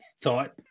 thought